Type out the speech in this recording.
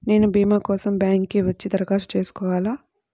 నేను భీమా కోసం బ్యాంక్కి వచ్చి దరఖాస్తు చేసుకోవాలా?